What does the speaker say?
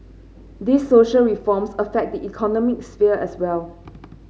these social reforms affect the economic sphere as well